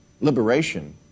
Liberation